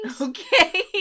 Okay